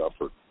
effort